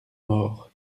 mort